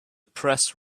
press